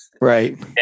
right